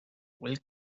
will